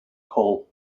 coal